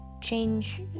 change